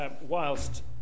Whilst